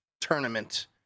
tournament